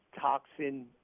toxin